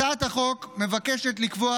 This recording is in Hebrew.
הצעת החוק מבקשת לקבוע